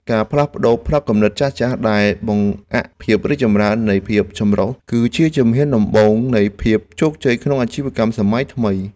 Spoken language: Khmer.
ការផ្លាស់ប្តូរផ្នត់គំនិតចាស់ៗដែលបង្អាក់ភាពរីកចម្រើននៃភាពចម្រុះ គឺជាជំហានដំបូងនៃភាពជោគជ័យក្នុងអាជីវកម្មសម័យថ្មី។